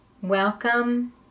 Welcome